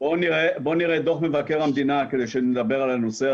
בואו נראה את דוח מבקר המדינה כדי שנדבר על הנושא הזה,